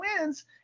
wins